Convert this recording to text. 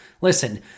Listen